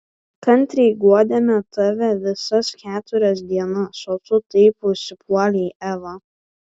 kantriai guodėme tave visas keturias dienas o tu taip užsipuolei evą